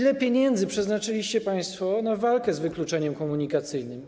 Ile pieniędzy przeznaczyliście państwo na walkę z wykluczeniem komunikacyjnym?